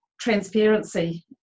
transparency